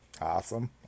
awesome